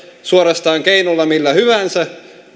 suorastaan keinolla millä hyvänsä